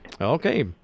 Okay